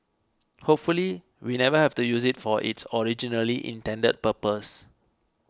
hopefully we never have to use it for its originally intended purpose